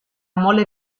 molle